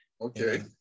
okay